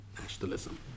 nationalism